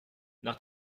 nach